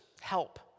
help